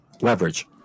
Leverage